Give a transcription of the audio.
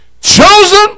chosen